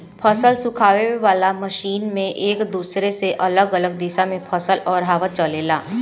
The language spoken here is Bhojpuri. फसल सुखावे वाला मशीन में एक दूसरे से अलग अलग दिशा में फसल और हवा चलेला